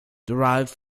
derived